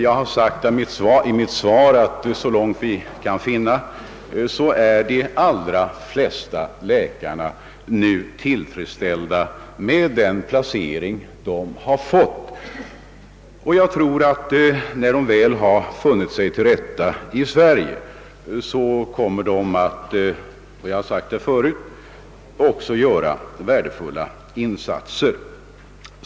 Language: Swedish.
I mitt svar har jag sagt att såvitt vi kan finna är de allra flesta läkarna tillfredsställda med den placering de fått. Jag tror också att när dessa läkare väl har funnit sig till rätta i Sverige kommer de — jag har sagt det förut — att göra värdefulla insatser.